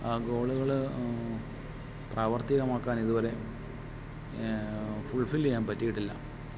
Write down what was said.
ആ ഗോള്കൾ പ്രാവർത്തികമാക്കാൻ ഇതുവരെ ഫുൾഫില്ല് ചെയ്യാൻ പറ്റിയിട്ടില്ല